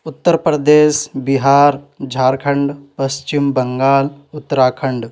Uttar Pradesh Bihar Jharkhand Paschim Bangal Uttarakhand